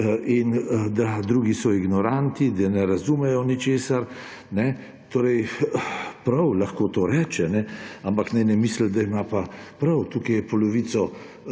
in da drugi so ignoranti, da ne razumejo ničesar. Torej prav, lahko to reče, ampak naj ne misli, da ima pa prav. Tukaj je polovica